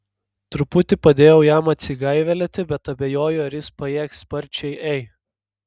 truputį padėjau jam atsigaivelėti bet abejoju ar jis pajėgs sparčiai ei